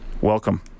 Welcome